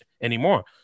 anymore